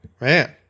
Man